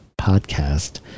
Podcast